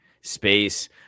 Space